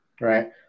right